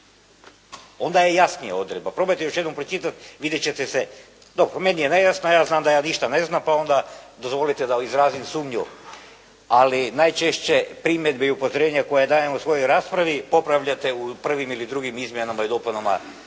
Onda je jasnija odredba. Probajte još jednom pročitat, vidjet ćete se, dok meni je nejasna ja znam da ja ništa ne znam, pa onda dozvolite da izrazim sumnju, ali najčešće primjedbe i upozorenja koja dajem u svojoj raspravi, popravljate u prvim ili drugim izmjenama ili dopunama